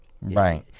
right